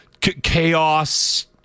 chaos